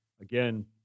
again